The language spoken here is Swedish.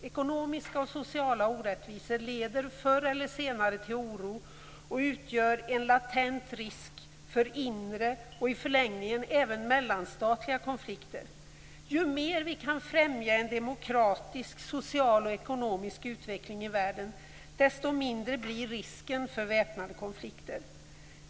Ekonomiska och sociala orättvisor leder förr eller senare till oro och utgör en latent risk för inre, och i förlängningen även mellanstatliga konflikter. Ju mer vi kan främja en demokratisk, social och ekonomisk utveckling i världen, desto mindre blir risken för väpnade konflikter.